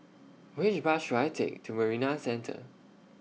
Which Bus should I Take to Marina Centre